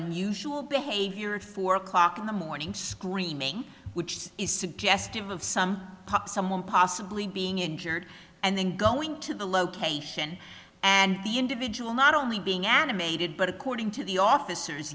unusual behavior at four o'clock in the morning screaming which is suggestive of some someone possibly being injured and then going to the location and the individual not only being animated but according to the officers